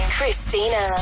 Christina